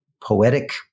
poetic